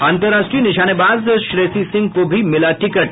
अन्तर्राष्ट्रीय निशानेबाज श्रेयसी सिंह को भी मिला टिकट